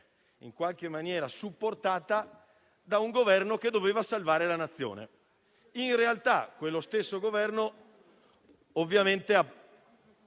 in qualche maniera, supportata da un Governo che doveva salvare la nazione.